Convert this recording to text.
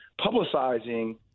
publicizing